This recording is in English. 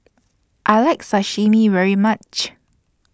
I like Sashimi very much